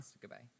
Goodbye